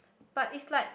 but is like